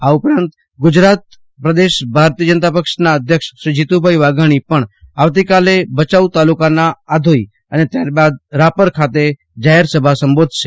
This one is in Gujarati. આ ઉપરાંત ગુજરાત પ્રદેશ ભાજપ અધ્યક્ષ શ્રી જીતુભાઈ વાઘાણી પણ આવતીકાલે ભયાઉ તાલુકાના આધોઈ અને ત્યારબાદ રાપર ખાતે જાહેર સભા સંબોધશે